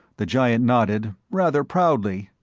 the giant nodded, rather proudly.